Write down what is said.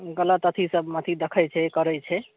गलत अथी सब अथी देखय छै करय छै